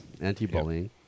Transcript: Anti-bullying